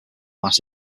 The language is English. mass